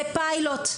זה פיילוט.